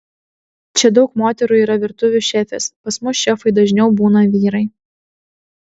čia daug moterų yra virtuvių šefės pas mus šefai dažniau būna vyrai